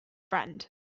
friend